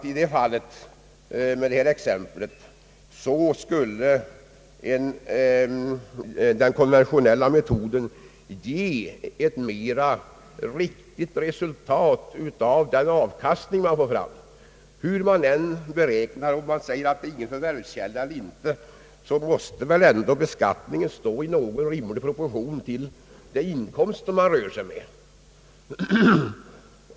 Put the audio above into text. I det av mig anförda exemplet skulle den konventionella metoden ge ett riktigare resultat av den avkastning man får — det kan jag inte komma ifrån. Hur man än beräknar — vare sig man säger att det är en förvärvskälla eller inte — så måste väl ändå beskattningen stå i rimlig proportion till de inkomster man rör sig med.